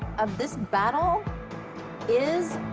of this battle is.